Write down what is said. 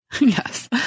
Yes